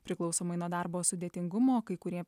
priklausomai nuo darbo sudėtingumo kai kurie